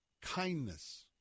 kindness